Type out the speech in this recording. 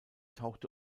tauchte